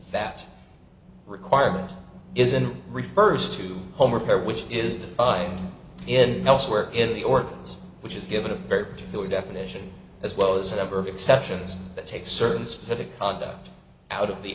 that requirement isn't refers to home repair which is defined in elsewhere in the organs which is given a very particular definition as well as a number of exceptions that take certain specific conduct out of the